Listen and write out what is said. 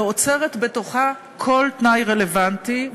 ואוצרת בתוכה כל תנאי רלוונטי.